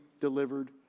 delivered